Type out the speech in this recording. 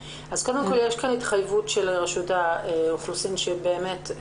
אז קודם כל יש פה התחייבות של רשות האוכלוסין שכל